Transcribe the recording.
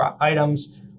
items